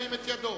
ירים את ידו.